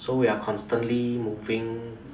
so we are constantly moving